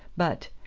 but,